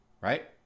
Right